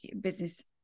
business